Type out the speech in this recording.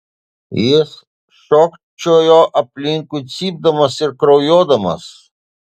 jis šokčiojo aplinkui cypdamas ir kraujuodamas